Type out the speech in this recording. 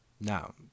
Now